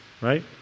right